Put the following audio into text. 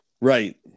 right